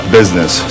business